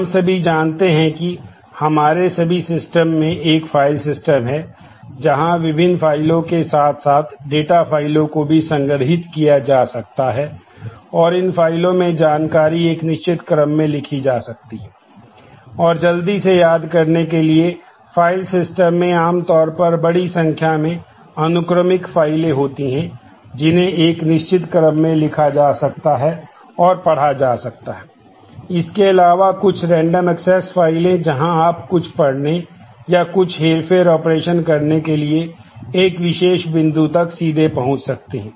हम सभी जानते हैं कि हमारे सभी सिस्टम में एक फाइल सिस्टम है जहां विभिन्न फाइलों के साथ साथ डेटा करने के लिए एक विशेष बिंदु तक सीधे पहुंच सकते हैं